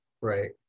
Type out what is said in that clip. right